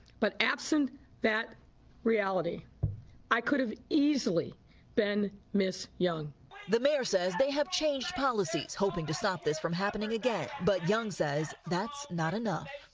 but absent that reality i could have easily been ms. young. reporter the mayor says they have changed policies hoping to stop this from happening again but young says that's not enough.